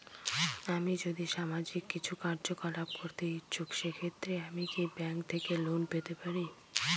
আমি যদি সামাজিক কিছু কার্যকলাপ করতে ইচ্ছুক সেক্ষেত্রে আমি কি ব্যাংক থেকে লোন পেতে পারি?